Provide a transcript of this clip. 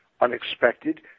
unexpected